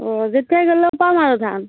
অ' যেতিয়াই গ'লে পাম আৰু ধান